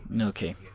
okay